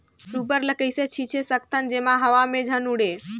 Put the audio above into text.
Super ल कइसे छीचे सकथन जेमा हवा मे झन उड़े?